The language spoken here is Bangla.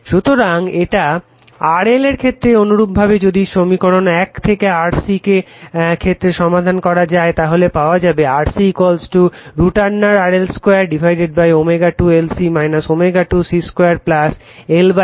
সুতরাং এটা RL এর ক্ষেত্রে অনুরূপভাবে যদি সমীকরণ 1 থেকে RC এর ক্ষেত্রে সমাধান করা যায় তাহলে পাওয়া যাবে RC √RL 2ω2 LC ω2 C 2 L C